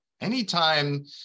anytime